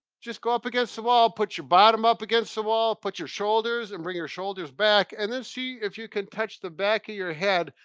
just go up against the wall. put your bottom up against the wall. put your shoulders and bring your shoulders back and then see if you can touch the back of your head.